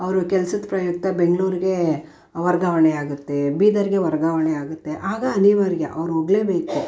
ಅವರು ಕೆಲ್ಸದ ಪ್ರಯುಕ್ತ ಬೆಂಗಳೂರಿಗೆ ವರ್ಗಾವಣೆಯಾಗುತ್ತೆ ಬೀದರ್ಗೆ ವರ್ಗಾವಣೆಯಾಗುತ್ತೆ ಆಗ ಅನಿವಾರ್ಯ ಅವ್ರು ಹೋಗ್ಲೇಬೇಕು